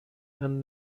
and